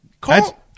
Call